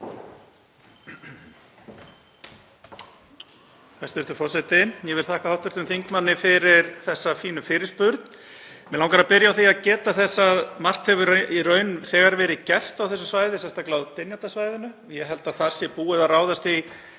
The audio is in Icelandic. Hæstv. forseti. Ég vil þakka hv. þingmanni fyrir þessa fínu fyrirspurn. Mig langar að byrja á því að geta þess að margt hefur í raun þegar verið gert á þessu svæði, sérstaklega á Dynjandasvæðinu. Ég held að þar sé búið að ráðast í